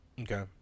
Okay